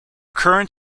current